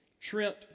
Trent